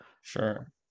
sure